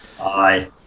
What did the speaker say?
Aye